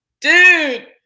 dude